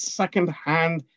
second-hand